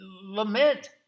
lament